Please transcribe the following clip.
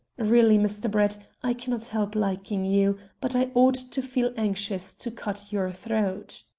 really, mr. brett, i cannot help liking you, but i ought to feel anxious to cut your throat.